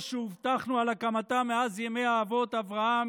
זו שהובטחנו על הקמתה מאז ימי האבות אברהם,